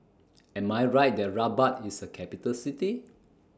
Am I Right that Rabat IS A Capital City